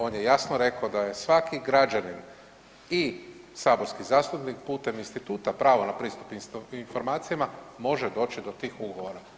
On je jasno reko da je svaki građanin i saborski zastupnik putem instituta prava na pristup informacijama može doći do tih ugovora.